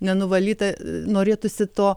nenuvalyta norėtųsi to